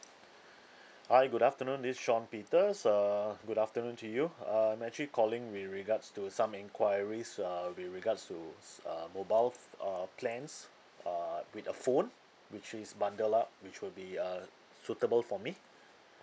hi good afternoon this is sean peters uh good afternoon to you uh I'm actually calling with regards to some enquiries err with regards to s~ uh mobile ph~ uh plans uh with a phone which is bundled up which will be uh suitable for me